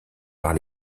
par